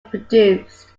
produced